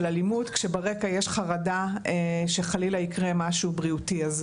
אלימות כשברקע יש חרדה שחלילה יקרה משהו בריאותי?